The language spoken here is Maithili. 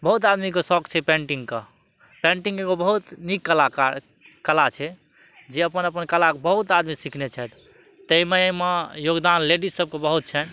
बहुत आदमीके शौक छै पेन्टिंगके पेन्टिंग एगो बहुत नीक कलाकार कला छै जे अपन अपन कलाके बहुत आदमी सीखने छथि ताहिमे एहिमे योगदान लेडीज सब के बहुत छनि